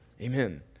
amen